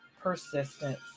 Persistence